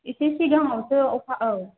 एसे सिगाङावसो अखा औ